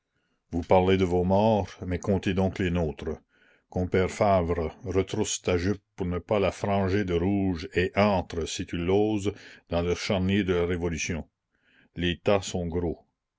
vous parlez de vos morts mais comptez donc les nôtres compère favre retrousse ta jupe pour ne pas la franger de rouge et entre si tu l'oses dans le charnier de la révolution la commune les tas sont gros